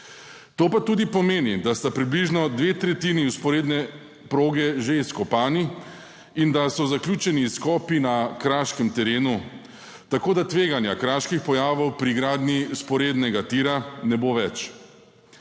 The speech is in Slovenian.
To pa tudi pomeni, da sta približno dve tretjini vzporedne proge že izkopani in da so zaključeni skopi na kraškem terenu, tako da tveganja kraških pojavov pri gradnji vzporednega tira ne bo več.